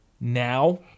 Now